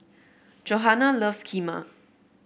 Johana loves Kheema